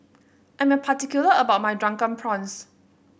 I'm a particular about my Drunken Prawns